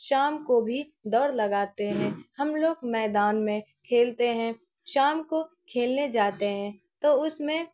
شام کو بھی دڑ لگاتے ہیں ہم لوگ میدان میں کھیلتے ہیں شام کو کھیلنے جاتے ہیں تو اس میں